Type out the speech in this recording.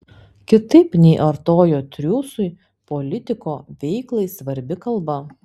kitaip nei artojo triūsui politiko veiklai svarbi kalba